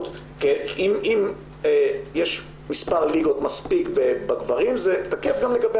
אם יש מספר ליגות מספיק בגברים זה תקף גם לגבי